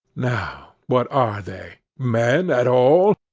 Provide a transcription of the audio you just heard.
now, what are they? men at all?